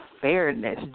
fairness